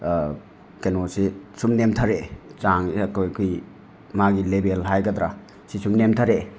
ꯀꯩꯅꯣꯁꯦ ꯁꯨꯝ ꯅꯦꯝꯊꯔꯛꯑꯦ ꯆꯥꯡ ꯑꯩꯈꯣꯏꯒꯤ ꯃꯥꯒꯤ ꯂꯦꯚꯦꯜ ꯍꯥꯏꯒꯗ꯭ꯔꯥ ꯁꯤ ꯁꯨꯝ ꯅꯦꯝꯊꯔꯛꯑꯦ